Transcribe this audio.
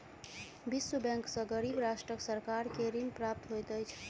विश्व बैंक सॅ गरीब राष्ट्रक सरकार के ऋण प्राप्त होइत अछि